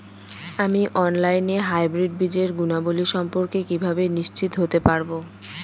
আমি অনলাইনে হাইব্রিড বীজের গুণাবলী সম্পর্কে কিভাবে নিশ্চিত হতে পারব?